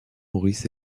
maurice